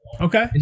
Okay